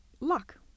luck